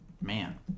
Man